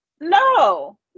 no